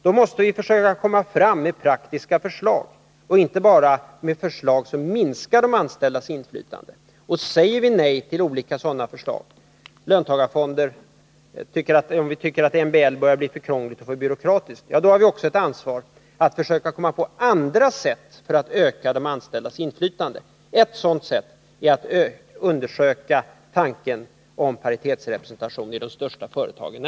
Vi måste försöka komma fram med praktiska förslag — inte bara med förslag som minskar de anställdas inflytande. Om vi säger nej till olika sådana förslag, t.ex. löntagarfonder, och tycker att MBL börjar bli alltför krånglig och byråkratisk, har vi också ett ansvar att försöka komma på andra sätt för att öka de anställdas inflytande. Ett sådant sätt är att närmare undersöka tanken på paritetisk representation i de största företagen.